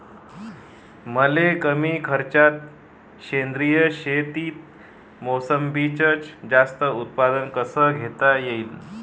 मले कमी खर्चात सेंद्रीय शेतीत मोसंबीचं जास्त उत्पन्न कस घेता येईन?